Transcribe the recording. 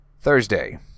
Thursday